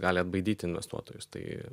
gali atbaidyti investuotojus tai